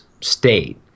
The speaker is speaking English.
state